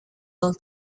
d’un